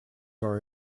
are